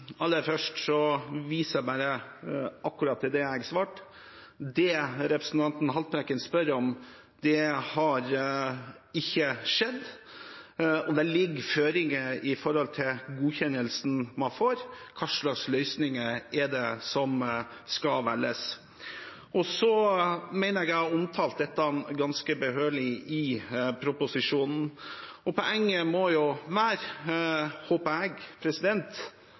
Aller først viser jeg bare til det jeg akkurat svarte. Det representanten Haltbrekken spør om, har ikke skjedd, og det ligger føringer for godkjennelsen man får, med hensyn til hva slags løsninger som skal velges. Jeg mener at vi har omtalt dette ganske behørig i proposisjonen. Poenget må jo være, håper jeg,